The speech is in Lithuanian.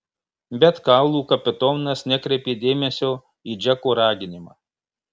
bet kaulų kapitonas nekreipė dėmesio į džeko raginimą